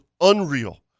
unreal